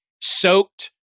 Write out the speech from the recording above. soaked